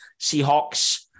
Seahawks